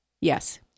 Yes